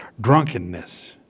drunkenness